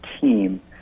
team